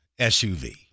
SUV